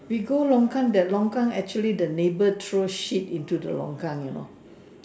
we go longkang that longkang actually the neighbour throw shit into the longkang you know